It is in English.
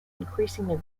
increasingly